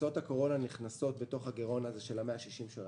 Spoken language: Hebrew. קופסאות הקורונה נכנסות אל תוך הגירעון של 160 מיליארד שקל.